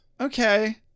okay